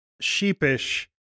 sheepish